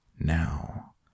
now